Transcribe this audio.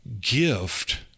gift